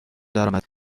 درآمد